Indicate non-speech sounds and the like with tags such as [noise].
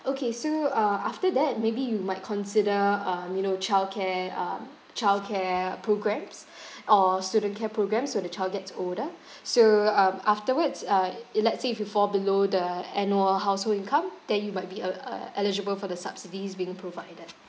okay so uh after that maybe you might consider um you know childcare um childcare programmes or student care programmes when the child gets older so um afterwards uh [noise] if let's say if you fall below the annual household income then you might be uh uh eligible for the subsidies being provided